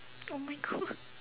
oh my god